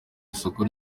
isoko